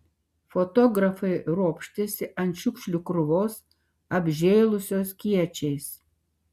fotografai ropštėsi ant šiukšlių krūvos apžėlusios kiečiais